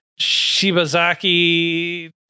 Shibazaki